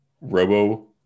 Robo